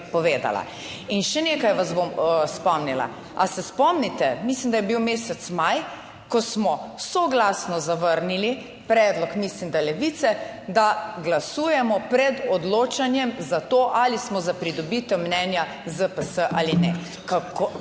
In še nekaj vas bom spomnila. Ali se spomnite, mislim da je bil mesec maj, ko smo soglasno zavrnili predlog, mislim da Levice, da glasujemo pred odločanjem za to ali smo za pridobitev mnenja ZPS ali ne?